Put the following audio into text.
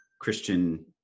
Christian